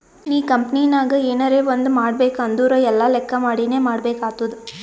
ನೀ ಕಂಪನಿನಾಗ್ ಎನರೇ ಒಂದ್ ಮಾಡ್ಬೇಕ್ ಅಂದುರ್ ಎಲ್ಲಾ ಲೆಕ್ಕಾ ಮಾಡಿನೇ ಮಾಡ್ಬೇಕ್ ಆತ್ತುದ್